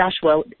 Joshua